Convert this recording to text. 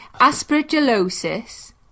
aspergillosis